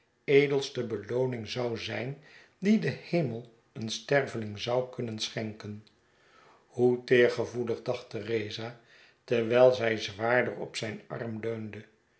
edelste belooning zou zijn die de hemel een sterveling zou kunnen schenken hoe teergevoelig dacht theresa terwijl zij zwaarder op zijn arm